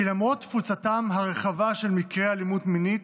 כי למרות תפוצתם הרחבה של מקרי אלימות מינית,